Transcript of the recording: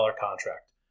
contract